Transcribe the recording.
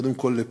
קודם כול,